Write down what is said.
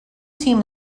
team